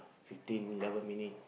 fifteen eleven minute